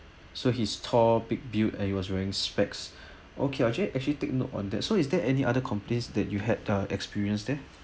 so he's tall big build and he was wearing specs okay I actually take note on that so is there any other complaints that you had uh experienced there